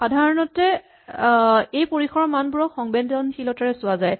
সাধাৰণতে এই পৰিসৰৰ মানবোৰক সংবেদনশীলতাৰে চোৱা যায়